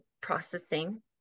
processing